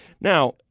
Now